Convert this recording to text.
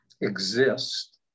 exist